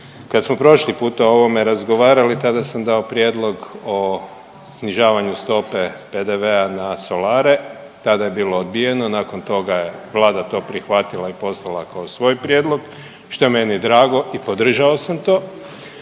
Kad smo prošli puta o ovome razgovarali tada sam dao prijedlog o snižavanju stope PDV-a na solare, tada je bilo odbijeno, nakon toga je Vlada to prihvatila i poslala kao svoj prijedlog što je meni drago i podržao sam to.